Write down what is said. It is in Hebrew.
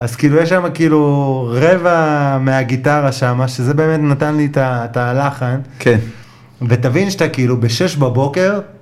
אז כאילו יש שם כאילו רבע מהגיטרה שמה, שזה באמת נתן לי את הלחן. כן. ותבין שאתה כאילו בשש בבוקר.